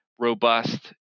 robust